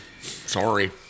Sorry